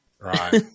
right